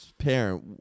parent